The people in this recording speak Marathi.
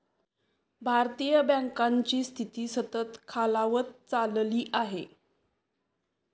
भारतीय बँकांची स्थिती सतत खालावत चालली आहे